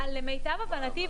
למיטב הבנתי,